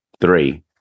three